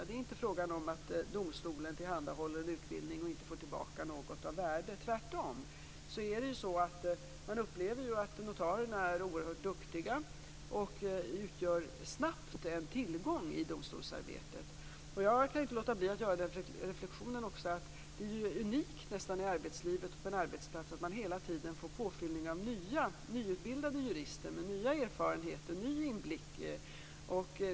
Det är inte fråga om att domstolarna tillhandahåller en utbildning och inte får tillbaka någonting av värde. Tvärtom upplever man att notarierna är oerhört duktiga och utgör snabbt en tillgång i domstolsarbetet. Jag kan inte låta bli att göra den reflexionen att det nästan är unikt i arbetslivet att man hela tiden får påfyllning av nyutbildade jurister med nya erfarenheter och ny inblick.